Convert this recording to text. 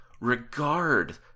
regard